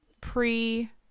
pre